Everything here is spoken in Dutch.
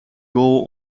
goal